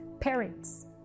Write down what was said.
parents